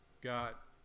got